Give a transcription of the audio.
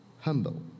humble